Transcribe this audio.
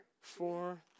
Four